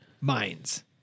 minds